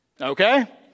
okay